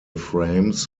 frames